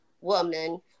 woman